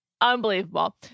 Unbelievable